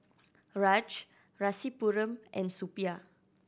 Raj Rasipuram and Suppiah